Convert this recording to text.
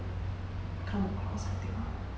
come across I think